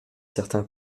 certains